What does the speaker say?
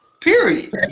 Period